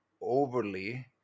overly